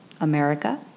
America